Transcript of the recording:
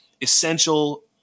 essential